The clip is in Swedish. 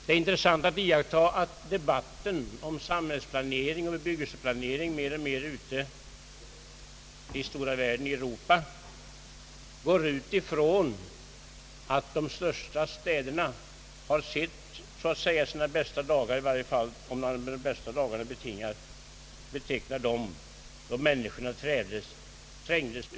Det är intressant att iaktta att debatten om samhällsplanering och bebyggelseplanering ute i stora världen, i Europa, mer och mer gått ut ifrån att de största städerna har sett sina bästa dagar — i varje fall om man med de bästa dagarna betecknar dem då människorna trängdes över hövan där.